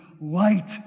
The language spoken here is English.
light